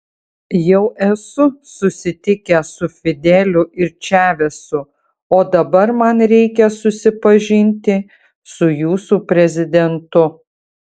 jau esu susitikęs su fideliu ir čavesu o dabar man reikia susipažinti su jūsų prezidentu